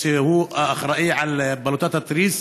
שהוא האחראי לבלוטת התריס,